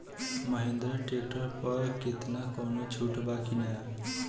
Mahindra tractor पर केतना कौनो छूट बा कि ना?